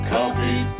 Coffee